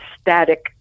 static